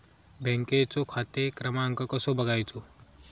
बँकेचो खाते क्रमांक कसो बगायचो?